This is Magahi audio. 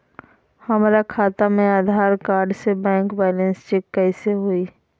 हमरा खाता में आधार कार्ड से बैंक बैलेंस चेक कैसे हुई?